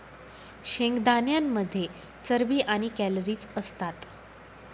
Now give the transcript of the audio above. शेंगदाण्यांमध्ये चरबी आणि कॅलरीज असतात